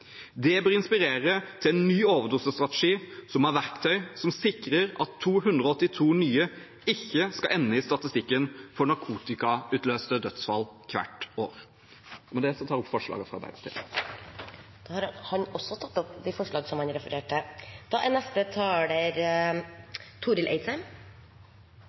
Det bør inspirere til en ny overdosestrategi med verktøy som sikrer at 282 nye ikke skal ende i statistikken for narkotikautløste dødsfall hvert år. Arbeidet mot overdosar har eit langsiktig perspektiv, og sentrale tiltak i overdosestrategien er blitt førte vidare, noko som òg kjem til